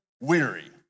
weary